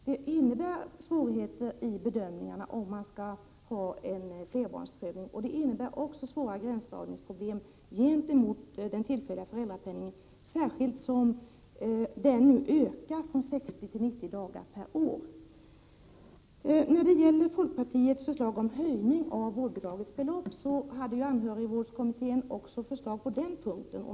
Det innebär svårigheter vid bedömningen att göra en flerbarnsprövning, och det innebär också svåra gränsdragningsproblem gentemot den tillfälliga föräldrapenningen, särskilt som den nu ökar från 60 till 90 dagar per år. När det gäller folkpartiets förslag om en höjning av vårdbidragets belopp vill jag säga att anhörigvårdskommittén ställde förslag också på den punkten.